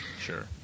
Sure